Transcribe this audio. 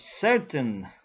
certain